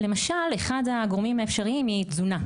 למשל אחד הגורמים האפשריים הוא תזונה,